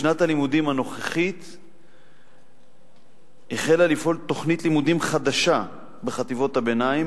בשנת הלימודים הנוכחית החלה לפעול בחטיבות הביניים